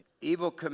evil